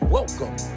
Welcome